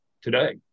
today